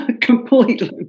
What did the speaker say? Completely